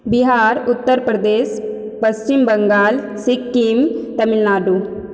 Bihar Uttar Pradesh Paschim Bangal Sikkim Tamil Nadu